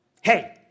hey